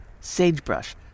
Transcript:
sagebrush